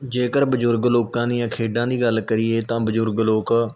ਜੇਕਰ ਬਜ਼ੁਰਗ ਲੋਕਾਂ ਦੀਆਂ ਖੇਡਾਂ ਦੀ ਗੱਲ ਕਰੀਏ ਤਾਂ ਬਜ਼ੁਰਗ ਲੋਕ